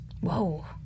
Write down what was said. Whoa